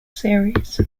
series